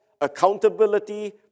accountability